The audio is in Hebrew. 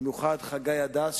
במיוחד חגי הדס,